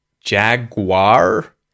Jaguar